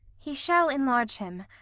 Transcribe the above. he shall enlarge him.